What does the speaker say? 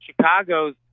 chicagos